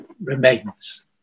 remains